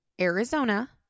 Arizona